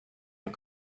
and